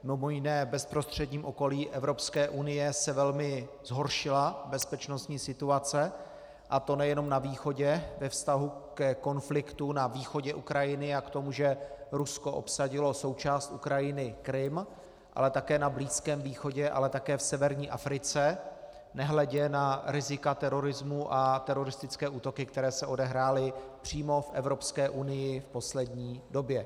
Mimo jiné v bezprostředním okolí Evropské unie se velmi zhoršila bezpečnostní situace, a to nejenom na východě ve vztahu ke konfliktu na východě Ukrajiny a k tomu, že Rusko obsadilo součást Ukrajiny Krym, ale také na Blízkém východě, ale také v severní Africe, nehledě na rizika terorismu a teroristické útoky, které se odehrály přímo v Evropské unii v poslední době.